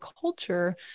culture